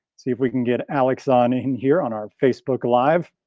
see if we can get alex on in here on our facebook live.